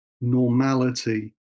normality